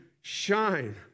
shine